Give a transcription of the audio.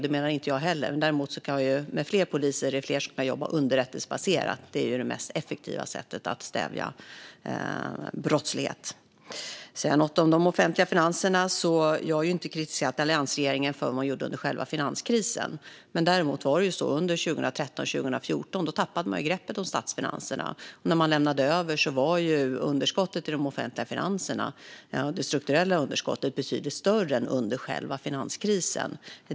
Det menar inte jag heller, men med fler poliser kan fler jobba underrättelsebaserat, vilket är det mest effektiva sättet att stävja brottslighet. Så till de offentliga finanserna. Jag har inte kritiserat vad alliansregeringen gjorde under själva finanskrisen. Men under 2013-2014 tappade man greppet om statsfinanserna, och när man lämnade över var det strukturella underskottet i de offentliga finanserna betydligt större än under själva finanskrisen.